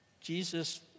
Jesus